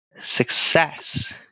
success